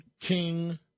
King